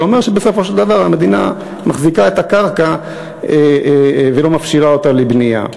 זה אומר שבסופו של דבר המדינה מחזיקה את הקרקע ולא מפשירה אותה לבנייה.